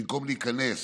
במקום להיכנס